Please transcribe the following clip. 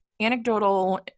anecdotal